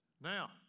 Now